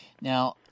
Now